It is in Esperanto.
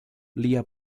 lia